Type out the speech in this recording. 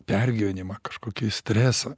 pergyvenimą kažkokį stresą